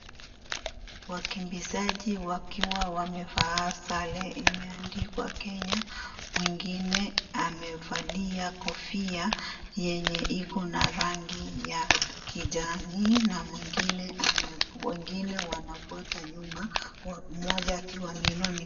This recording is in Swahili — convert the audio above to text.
Wakimbizaji wakiwa wamevaa sare imeandikwa kenya mwingine amevalia kofia yenye iko na rangi ya kijani na wengine wanafuata nyuma mmoja akiwa ameinua mikono.